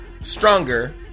Stronger